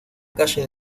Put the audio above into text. calle